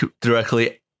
directly